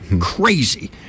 Crazy